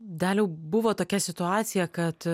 daliau buvo tokia situacija kad